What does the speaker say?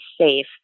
safe